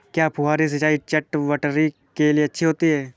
क्या फुहारी सिंचाई चटवटरी के लिए अच्छी होती है?